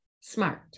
SMART